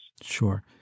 Sure